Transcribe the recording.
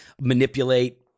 manipulate